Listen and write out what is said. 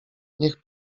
niech